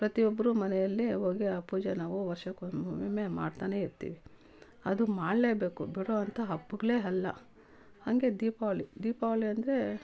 ಪ್ರತಿ ಒಬ್ಬರು ಮನೆಯಲ್ಲಿ ಹೋಗಿ ಆ ಪೂಜೆ ನಾವು ವರ್ಷಕ್ಕೆ ಒಮ್ಮೊಮ್ಮೆ ಮಾಡ್ತಾನೆ ಇರ್ತಿವಿ ಅದು ಮಾಡಲೇಬೇಕು ಬಿಡುವಂಥ ಹಬ್ಬಗ್ಳೆ ಅಲ್ಲ ಹಂಗೇ ದೀಪಾವಳಿ ದೀಪಾವಳಿ ಅಂದರೆ